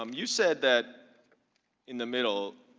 um you said that in the middle,